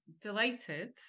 delighted